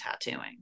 tattooing